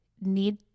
need